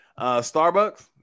Starbucks